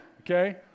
okay